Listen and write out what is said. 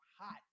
hot